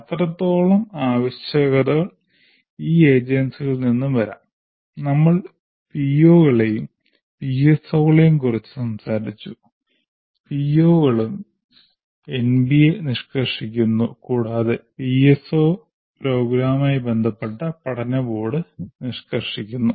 അത്രത്തോളം ആവശ്യകതകൾ ഈ ഏജൻസികളിൽ നിന്നും വരാം നമ്മൾ പിഒകളെയും പിഎസ്ഒകളെയും കുറിച്ച് സംസാരിച്ചു പിഒകളെ എൻബിഎ നിഷ്കർഷിക്കുന്നു കൂടാതെ പിഎസ്ഒകളെ പ്രോഗ്രാമുമായി ബന്ധപ്പെട്ട പഠന ബോർഡ് നിഷ്കർഷിക്കുന്നു